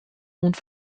und